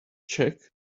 check